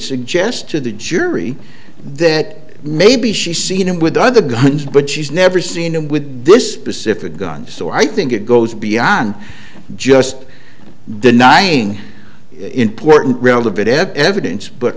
suggests to the jury that maybe she's seen him with other guns but she's never seen him with this specific gun so i think it goes beyond just denying important relevant evidence but